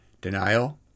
denial